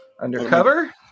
undercover